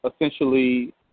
essentially